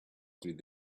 through